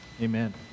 amen